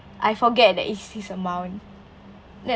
I forget that it's his amount then